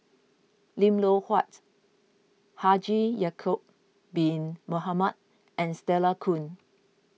Lim Loh Huat Haji Ya'Acob Bin Mohamed and Stella Kon